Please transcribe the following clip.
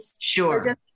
sure